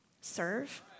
serve